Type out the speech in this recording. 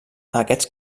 aquests